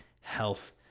health